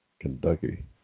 Kentucky